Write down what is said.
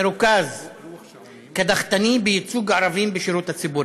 מרוכז, קדחתני, בייצוג ערבים בשירות הציבורי.